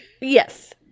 yes